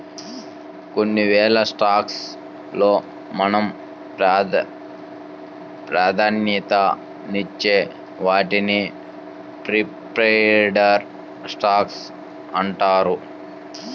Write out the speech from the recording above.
కొన్నివేల స్టాక్స్ లో మనం ప్రాధాన్యతనిచ్చే వాటిని ప్రిఫర్డ్ స్టాక్స్ అంటారు